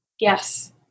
Yes